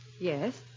Yes